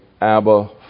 Abba